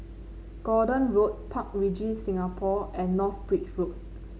Gordon Road Park Regis Singapore and North Bridge Road